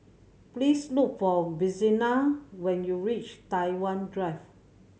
please look for Vincenza when you reach Tai Hwan Drive